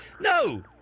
No